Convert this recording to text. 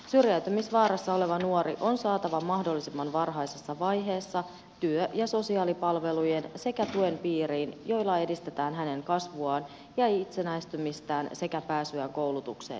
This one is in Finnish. syrjäytymisvaarassa oleva nuori on saatava mahdollisimman varhaisessa vaiheessa työ ja sosiaalipalvelujen sekä tuen piiriin joilla edistetään hänen kasvuaan ja itsenäistymistään sekä pääsyään koulutukseen